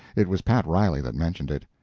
it was pat riley that mentioned it.